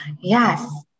Yes